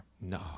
No